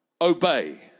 obey